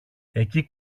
εκεί